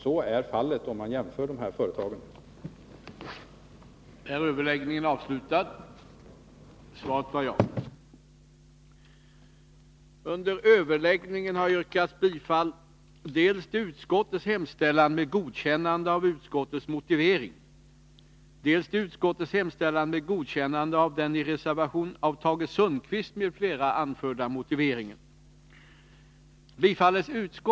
En jämförelse av de olika företagen visar att så är fallet.